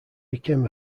became